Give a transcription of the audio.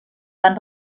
van